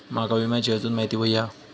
माका विम्याची आजून माहिती व्हयी हा?